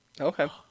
Okay